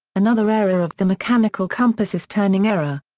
another error of the mechanical compass is turning error.